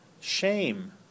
Shame